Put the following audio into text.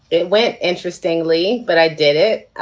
it went interestingly, but i did it.